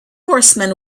horsemen